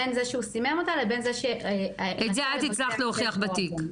בין זה שהוא סימם אותה לבין זה ש- -- את זה את הצלחת להוכיח בתיק.